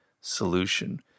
solution